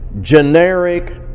generic